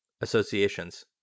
Associations